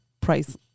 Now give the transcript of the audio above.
price